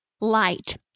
Light